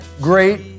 great